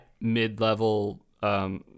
mid-level